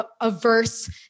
averse